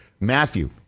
Matthew